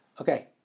Okay